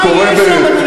זה קורה במחלף